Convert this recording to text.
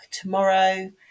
tomorrow